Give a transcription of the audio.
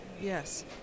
Yes